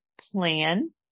plan